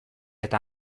eta